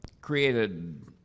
created